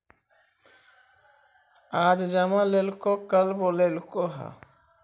आज जमा लेलको कल बोलैलको हे?